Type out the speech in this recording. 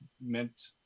meant